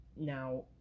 now